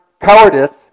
cowardice